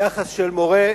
יחס של מורֶה